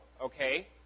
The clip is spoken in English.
okay